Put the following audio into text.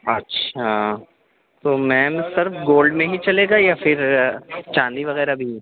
اچھا تو میم صرف گولڈ می ہی چلے گا یا پھر چاندی وغیرہ بھی